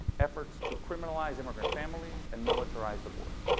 efforts to criminalize immigrant families and militarize the border.